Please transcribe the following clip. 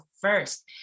first